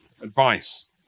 advice